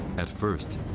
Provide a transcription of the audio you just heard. at first,